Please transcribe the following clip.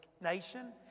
nation